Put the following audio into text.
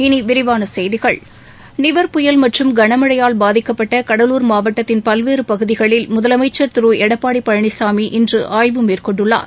இனி விரிவான செய்திகள் நிவர் புயல் மற்றும் களமழையால் பாதிக்கப்பட்ட கடலூர் மாவட்டத்தின் பல்வேறு பகுதிகளில் முதலமைச்சர் திரு எடப்பாடி பழனிசாமி இன்று ஆய்வு மேற்கொண்டுள்ளார்